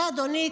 הרי אדוני,